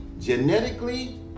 genetically